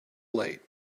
late